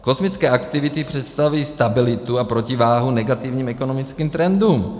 Kosmické aktivity představují stabilitu a protiváhu negativním ekonomickým trendům.